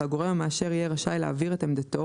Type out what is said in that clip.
והגורם המאשר יהיה רשאי להעביר את עמדתו,